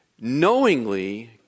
knowingly